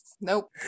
nope